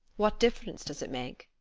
what difference does it make?